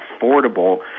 affordable